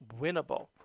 winnable